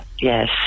Yes